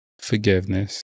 forgiveness